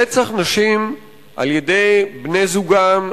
רצח נשים על-ידי בני-זוגן,